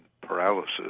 paralysis